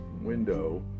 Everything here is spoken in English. window